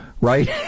right